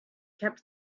kept